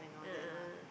a'ah a'ah